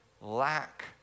lack